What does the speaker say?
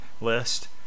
list